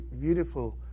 beautiful